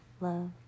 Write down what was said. love